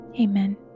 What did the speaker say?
amen